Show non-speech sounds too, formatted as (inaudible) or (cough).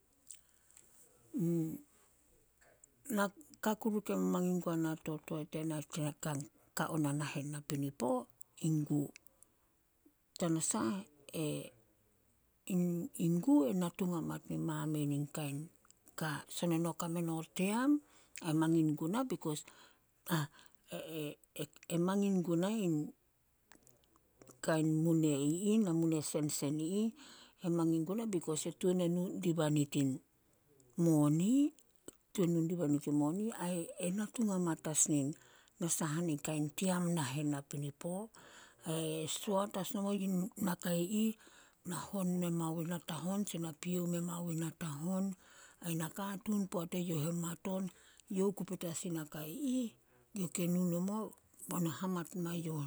(hesitation) Naka kuru ke mamangin guana to toae tena ke (unintelligible) kao na nahen napinipo, in gu. Tanasah (hesitation) in- in gu e natung hamat nin mamein in kain ka. Son eno kame no team, ai mangin guna bikos (unintelligible) (hesitation) mangin guna in kain mune i ih, namune sensen i ih, e mangin guna bikos e tuan e nu diba nit in moni- tuan nu diba nit in moni, ai e natung hamat as nin na sahani kain team nahen napinipo. Ai (hesitation) soat as nomo yin nakai ih nahon memao natahon tse na pio memao natahon ai nakatuun poat eyouh e mat on, youh oku petas in nakai ih (unintelligible) ke nu nomo be no hamat mae youh